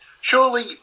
surely